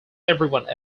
everyone